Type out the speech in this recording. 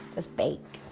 that's baked.